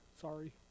Sorry